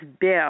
Bill